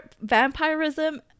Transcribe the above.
Vampirism